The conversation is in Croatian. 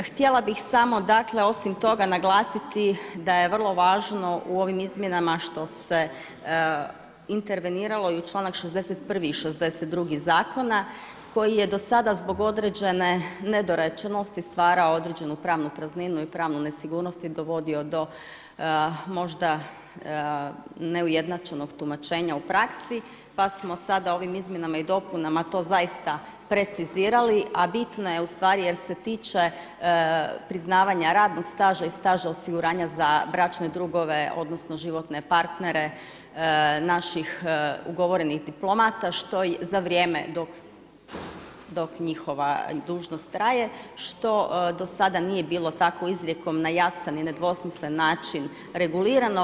Htjela bi samo dakle, osim toga naglasiti, da je vrlo važno u ovim izmjenama što se interveniralo i u čl. 61. i 62. zakona, koji je do sada zbog određene nedorečenosti, stvara određenu pravnu prazninu i pravnu nesigurnost i dovodi do možda neujednačenog tumačenja u praksi, pa smo sada ovim izmjenama i dopunama to zaista precizirali, a bitno je ustvari jer se tiče priznavanja radnog staža i staža osiguranja za bračne drugove, odnosno, životne partnere naših ugovorenih diplomata, što je za vrijeme, dok njihova dužnost traje, što do sada nije bilo do sada nije bilo takvom izrijekom na jasan i na nedvosmislen način regulirano.